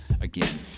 again